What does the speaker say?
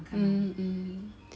um um